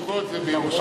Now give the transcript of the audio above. הישיבות זה בירושלים...